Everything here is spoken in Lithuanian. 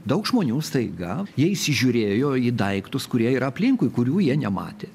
daug žmonių staiga jie įsižiūrėjo į daiktus kurie yra aplinkui kurių jie nematė